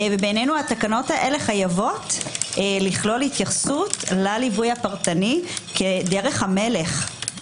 ובעינינו התקנות האלה חייבות לכלול התייחסות לליווי הפרטני כדרך המלך,